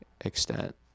extent